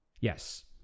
yes